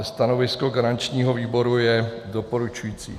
Stanovisko garančního výboru je doporučující.